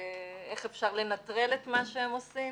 ואיך אפשר לנטרל את מה שהם עושים.